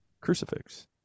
crucifix